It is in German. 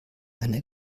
einer